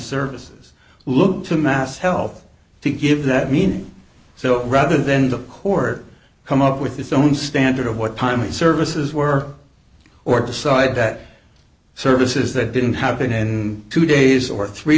services looked to mass health to give that meaning so rather than the court come up with its own standard of what time and services were or decide that services that didn't happen in two days or three